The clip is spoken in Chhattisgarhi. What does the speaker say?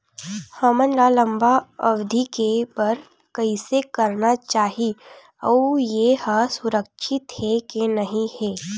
हमन ला लंबा अवधि के बर कइसे करना चाही अउ ये हा सुरक्षित हे के नई हे?